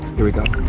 here we go.